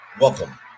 welcome